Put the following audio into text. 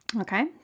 Okay